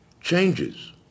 changes